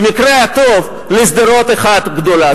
במקרה הטוב לשדרות אחת גדולה.